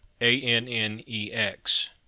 ANNEX